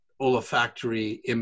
olfactory